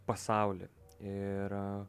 pasaulį ir